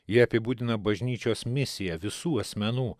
jie apibūdina bažnyčios misiją visų asmenų